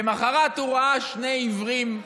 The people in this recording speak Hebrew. למוחרת הוא ראה שני עברים,